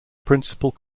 principal